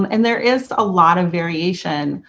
um and there is a lot of variation.